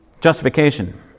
Justification